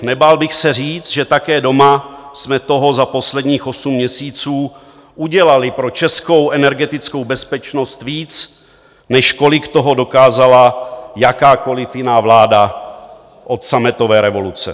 Nebál bych se říct, že také doma jsme toho za posledních osm měsíců udělali pro českou energetickou bezpečnost víc, než kolik toho dokázala jakákoli jiná vláda od sametové revoluce.